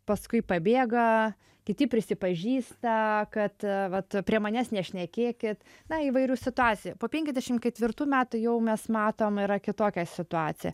paskui pabėga kiti prisipažįsta kad vat prie manęs nešnekėkit na įvairių situacijų po penkiasdešimt ketvirtų metų jau mes matom yra kitokia situacija